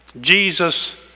Jesus